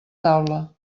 taula